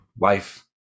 life